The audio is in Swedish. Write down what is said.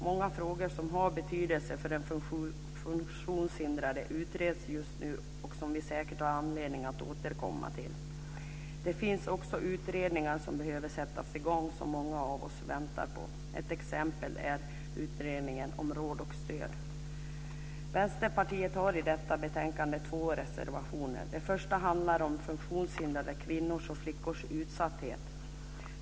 Många frågor som har betydelse för den funktionshindrade utreds just nu, och vi får säkert anledning att återkomma till dem. Det finns också utredningar som behöver sättas i gång och som många av oss väntar på. Ett exempel är utredningen om råd och stöd. Vänsterpartiet har i detta betänkande två reservationer. Den första handlar om funktionshindrade kvinnors och flickors utsatthet.